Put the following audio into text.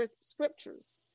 scriptures